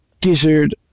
gizzard